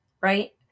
right